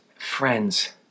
Friends